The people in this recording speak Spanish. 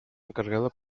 encargada